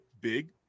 big